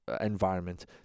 environment